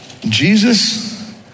Jesus